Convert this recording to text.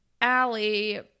Allie